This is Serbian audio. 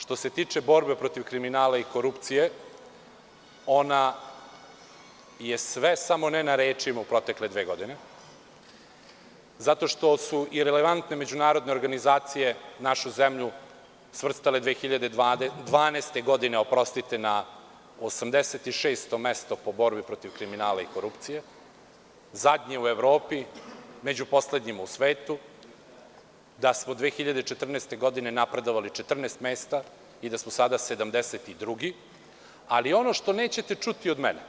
Što se tiče borbe protiv kriminala i korupcije, ona je sve samo ne na rečima u protekle dve godine, zato što su irelevantne međunarodne organizacije našu zemlju svrstale 2012. godine na 86. mestu po borbi protiv kriminala i korupcije, zadnji u Evropi, među poslednjima u svetu, da smo 2014. godine napredovali 14 mesta i da smo sada 72, ali ono što nećete čuti od mene,